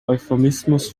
euphemismus